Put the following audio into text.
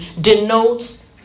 denotes